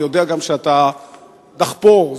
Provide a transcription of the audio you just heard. ויודע גם שאתה דחפור,